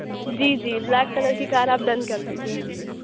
جی جی black colour کی car آپ ڈن کر دیجیے